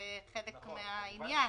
זה חלק מן העניין.